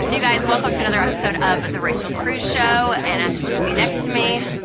hey you guys. welcome to another episode of the rachel cruze show. and as you can see next to me,